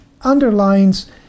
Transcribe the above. underlines